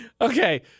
Okay